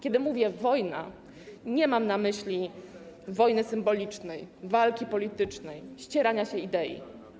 Kiedy mówię: wojna, nie mam na myśli wojny symbolicznej, walki politycznej, ścierania się idei.